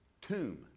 tomb